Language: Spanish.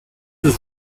sus